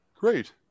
Great